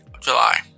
July